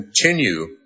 continue